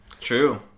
True